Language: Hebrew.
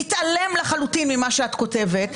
שמתעלם לחלוטין ממה שאת כותבת,